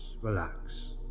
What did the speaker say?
Relax